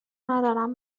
ندارم